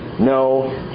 No